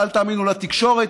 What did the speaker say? אל תאמינו לתקשורת,